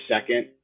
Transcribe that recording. second